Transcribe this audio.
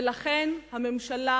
ולכן הממשלה,